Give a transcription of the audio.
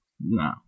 No